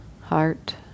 heart